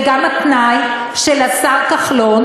וגם התנאי של השר כחלון,